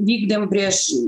vykdėm prieš